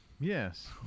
Yes